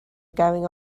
going